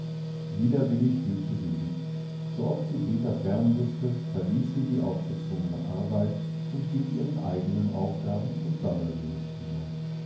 widerwillig fügte sie sich sooft sie peter fern wußte verließ sie die aufgezwungene arbeit und ging ihren eigenen aufgaben und sammelgelüsten nach